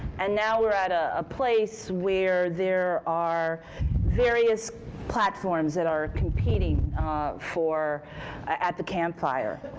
and now we're at a place where there are various platforms that are competing for at the campfire.